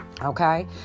Okay